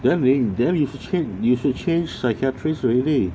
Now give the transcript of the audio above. then then then you should chang~ you should change psychiatrist already